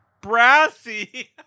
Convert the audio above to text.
Brassy